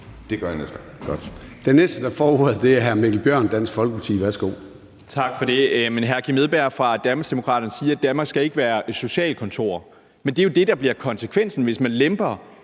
Det gør jeg næste